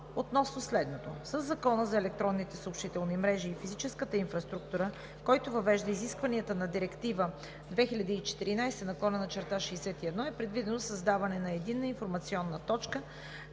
относно следното: със Закона за електронните съобщителни мрежи и физическа инфраструктура, който въвежда изискванията на Директива 2014/61, е предвидено създаване на Единна информационна точка,